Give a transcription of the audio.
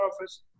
office